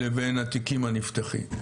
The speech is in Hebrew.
לבין התיקים הנפתחים,